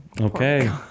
Okay